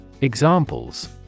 Examples